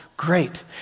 Great